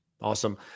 Awesome